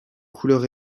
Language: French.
couleurs